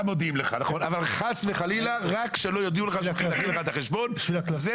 נכון אבל חס וחלילה לא יודיעו לך שמעקלים לך את החשבון כי זאת